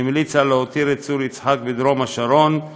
שהמליצה להותיר את צור יצחק בדרום השרון,